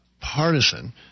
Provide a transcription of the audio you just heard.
partisan